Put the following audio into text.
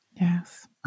Yes